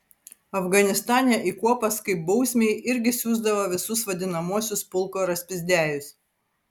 afganistane į kuopas kaip bausmei irgi siųsdavo visus vadinamuosius pulko raspizdiajus